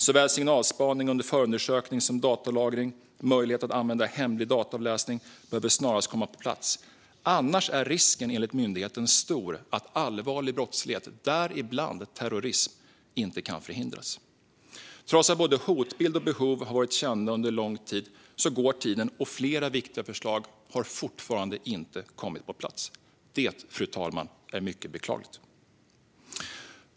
Såväl signalspaning under förundersökning som datalagring och möjlighet att använda hemlig dataavläsning behöver snarast komma på plats. Annars är risken enligt myndigheten stor att allvarlig brottslighet, däribland terrorism, inte kan förhindras. Trots att både hotbild och behov har varit kända under lång tid går tiden, och flera viktiga förslag har fortfarande inte kommit på plats. Det, fru talman, är mycket beklagligt.